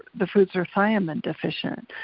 the foods were thiamine deficient.